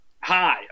hi